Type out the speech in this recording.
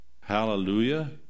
Hallelujah